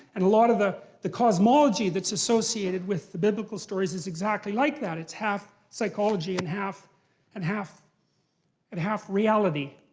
and a lot of the the cosmology that's associated with the biblical stories is exactly like that. it's half psychology and half and half and reality.